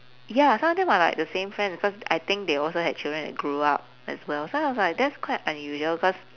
ya some of them are like the same friend because I think they also had children that grew up as well so I was like that's quite unusual cause